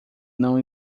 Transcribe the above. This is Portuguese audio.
não